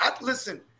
listen